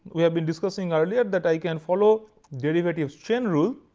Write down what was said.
we have been discussing earlier that i can follow derivatives chain rule.